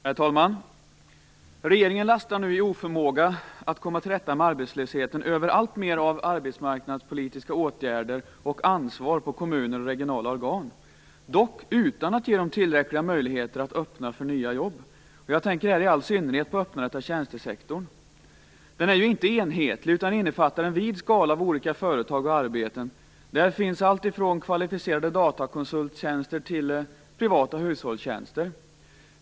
Herr talman! Regeringen lastar nu, i sin oförmåga att komma till rätta med arbetslösheten, över alltmer av arbetsmarknadspolitiska åtgärder och ansvar på kommuner och regionala organ - dock utan att ge dem tillräckliga möjligheter att öppna för nya jobb. Jag tänker här i all synnerhet på öppnandet av tjänstesektorn. Tjänstesektorn är inte enhetlig utan innefattar en vid skala av olika företag och arbeten. Där finns alltifrån kvalificerade datakonsulttjänster till privata hushållstjänster.